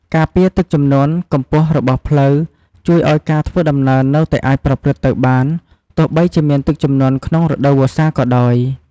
ការពារទឹកជំនន់ កម្ពស់របស់ផ្លូវជួយឲ្យការធ្វើដំណើរនៅតែអាចប្រព្រឹត្តទៅបាន ទោះបីជាមានទឹកជំនន់ក្នុងរដូវវស្សាក៏ដោយ។